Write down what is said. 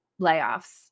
layoffs